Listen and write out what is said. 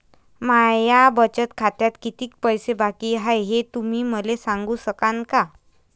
माया बचत खात्यात कितीक पैसे बाकी हाय, हे तुम्ही मले सांगू सकानं का?